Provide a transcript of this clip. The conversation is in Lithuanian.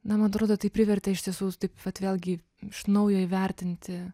na man atrodo tai privertė iš tiesų taip vat vėlgi iš naujo įvertinti